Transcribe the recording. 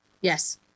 Yes